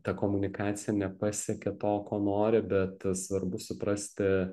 ta komunikacija nepasiekė to ko nori bet svarbu suprasti